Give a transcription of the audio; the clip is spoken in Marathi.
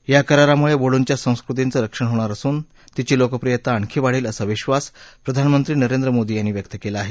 या करारामुळे बोडोंच्या संस्कृतीचं रक्षण होणार असून तिची लोकप्रियता आणखी वाढेल असा विश्वास प्रधानमंत्री नरेंद्र मोदी यांनी व्यक्त केला आहे